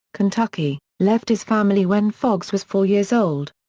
kentucky, left his family when foxx was four years old.